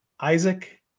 Isaac